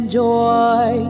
joy